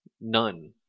None